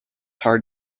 hard